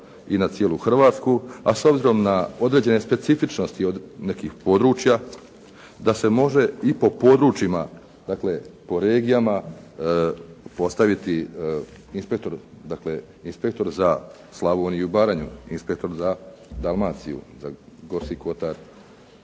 i na cijelu Hrvatsku, a s obzirom na određene specifičnosti od nekih područja, da se može i po područjima, dakle po regijama postaviti inspektor, dakle inspektor za Slavoniju i Baranju, inspektor za Dalmaciju, za Gorski Kotar,